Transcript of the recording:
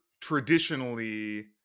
traditionally